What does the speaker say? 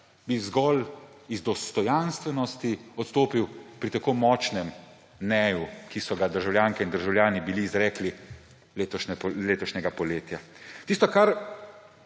zgolj iz dostojanstvenosti odstopil pri tako močnem ne-ju, kot so ga bili državljanke in državljani izrekli letošnjega poletja. Tisto, kar